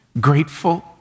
grateful